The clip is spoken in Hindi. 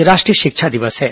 आज राष्ट्रीय शिक्षा दिवस है